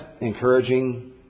encouraging